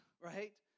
right